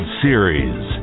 series